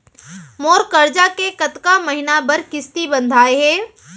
मोर करजा के कतका महीना बर किस्ती बंधाये हे?